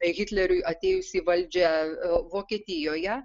hitleriui atėjus į valdžią vokietijoje